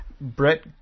Brett